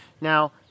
Now